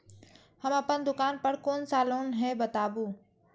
हम अपन दुकान पर कोन सा लोन हैं बताबू?